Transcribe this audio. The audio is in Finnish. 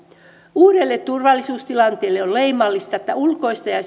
uudelle turvallisuustilanteelle on leimallista että ulkoista ja